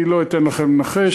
אני לא אתן לכם לנחש,